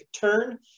turn